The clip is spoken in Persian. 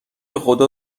خدا